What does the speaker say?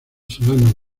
solano